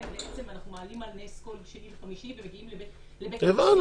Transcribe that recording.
שאותם אנחנו מעלים על נס כל שני וחמישי ומגיעים לבית הנשיא --- הבנו,